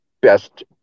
best